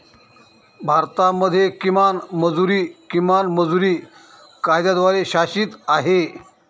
भारतामध्ये किमान मजुरी, किमान मजुरी कायद्याद्वारे शासित आहे